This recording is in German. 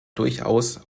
durchaus